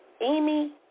Amy